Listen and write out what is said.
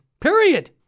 Period